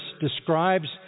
describes